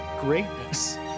greatness